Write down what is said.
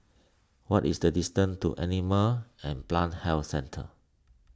what is the distance to Animal and Plant Health Centre